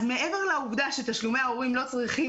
מעבר לעובדה שתשלומי ההורים לא צריכים